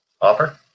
offer